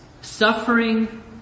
suffering